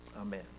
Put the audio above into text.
amen